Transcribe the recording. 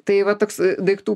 tai va toks daiktų